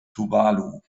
tuvalu